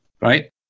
right